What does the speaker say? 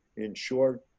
in short,